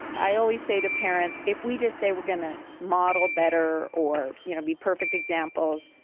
i always say to parents, if we just say we're going to model better or, you know, be perfect examples.